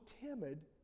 timid